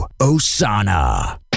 Osana